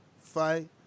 fight